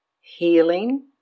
healing